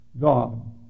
God